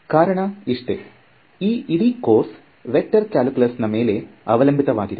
ಕಾರಣ ಇಷ್ಟೇ ಈ ಇಡೀ ಕೋರ್ಸ್ ವೆಕ್ಟರ್ ಕಲ್ಕ್ಯುಲಸ್ ನಾ ಮೇಲೆ ಅವಲಂಬಿತ ವಾಗಿದೆ